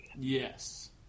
Yes